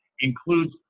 Includes